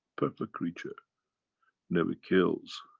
perfect creature never kills.